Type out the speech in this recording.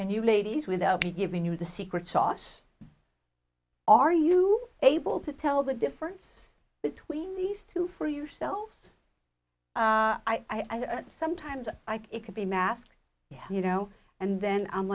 and you ladies without giving you the secret sauce are you able to tell the difference between these two for yourselves i do sometimes it can be masked you know and then i'm